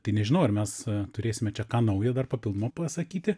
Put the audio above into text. tai nežinau ar mes turėsime čia ką naujo dar papildomo pasakyti